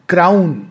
Crown